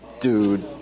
Dude